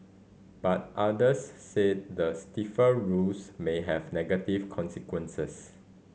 but others said the stiffer rules may have negative consequences